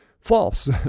False